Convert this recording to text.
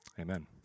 amen